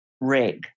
rig